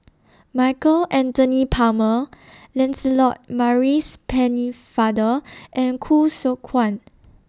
Michael Anthony Palmer Lancelot Maurice Pennefather and Khoo Seok Wan